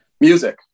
Music